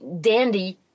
dandy